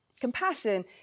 Compassion